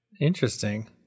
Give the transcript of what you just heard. Interesting